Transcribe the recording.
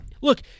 Look